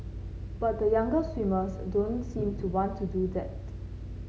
but the younger swimmers don't seem to want to do that